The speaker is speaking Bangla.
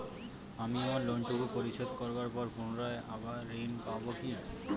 আমি আমার লোন টুকু পরিশোধ করবার পর পুনরায় আবার ঋণ পাবো কি?